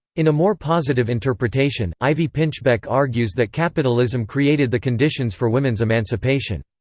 in a more positive interpretation, ivy pinchbeck argues that capitalism created the conditions for women's emancipation.